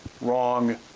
wrong